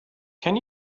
can